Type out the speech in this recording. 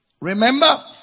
remember